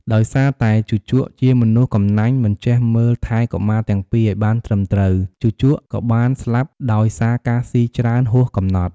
ដោយសារតែជូជកជាមនុស្សកំណាញ់ មិនចេះមើលថែកុមារទាំងពីរឱ្យបានត្រឹមត្រូវ ជូជកក៏បានស្លាប់ដោយសារការស៊ីច្រើនហួសកំណត់។